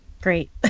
Great